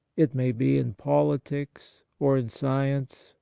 it may be in politics, or in science,